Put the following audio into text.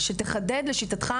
שתחדד לשיטתך,